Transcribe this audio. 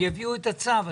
יביאו את הצו.